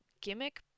gimmick